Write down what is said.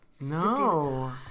No